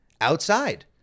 outside